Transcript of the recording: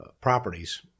Properties